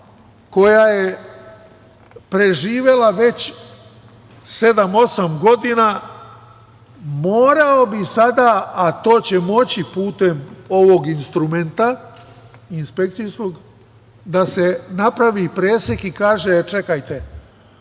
koja je preživela već sedam, osam godina, morao bi sada, a to će moći putem ovog instrumenta inspekcijskog, da se napravi presek i kaže – čekajte,